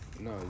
No